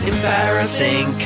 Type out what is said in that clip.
Embarrassing